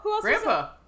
grandpa